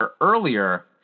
earlier